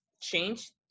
change